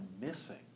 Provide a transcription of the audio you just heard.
missing